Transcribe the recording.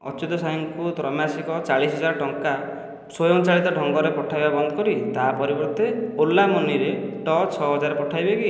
ଅଚ୍ୟୁତ ସ୍ୱାଇଁଙ୍କୁ ତ୍ରୈମାସିକ ଚାଳିଶ ହଜାର ଟଙ୍କା ସ୍ୱୟଂ ଚାଳିତ ଢଙ୍ଗରେ ପଠାଇବା ବନ୍ଦ କରି ତା' ପରିବର୍ତ୍ତେ ଓଲା ମନିରେ ଟ ଛଅ ହଜାର ପଠାଇବେ କି